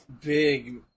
Big